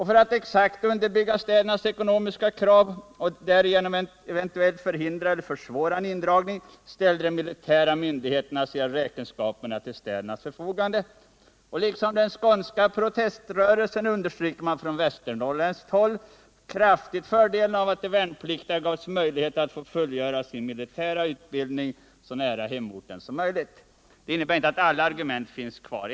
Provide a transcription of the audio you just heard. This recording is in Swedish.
För att exakt underbygga städernas ekonomiska krav och därigenom eventuellt förhindra eller försvåra en ny indragning ställde de militära myndigheterna räkenskaperna till städernas förfogande. Liksom den skånska proteströrelsen underströk man kraftigt från västernorrländskt håll fördelen av att de värnpliktiga gavs möjlighet att få fullgöra sin militära utbildning så nära hemorten som möjligt. Men alla argument finns inte kvar.